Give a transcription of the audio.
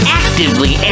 actively